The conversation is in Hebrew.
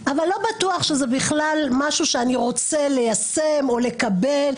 אבל לא בטוח שזה בכלל משהו שאני רוצה ליישם או לקבל,